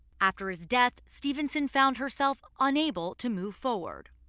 after his death stevenson found herself unable to move forward.